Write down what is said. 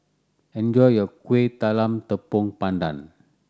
enjoy your Kueh Talam Tepong Pandan